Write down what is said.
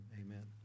amen